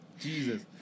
Jesus